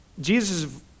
Jesus